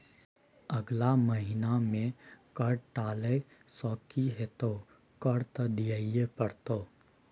अगला महिना मे कर टालने सँ की हेतौ कर त दिइयै पड़तौ